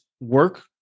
work